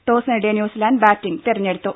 toss നേടിയ New Zealand batting തെരഞ്ഞെടുത്തു